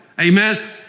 Amen